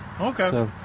Okay